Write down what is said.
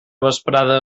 vesprada